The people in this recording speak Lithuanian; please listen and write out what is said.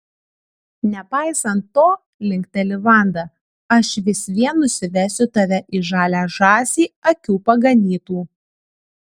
nepaisant to linkteli vanda aš vis vien nusivesiu tave į žalią žąsį akių paganytų